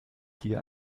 hier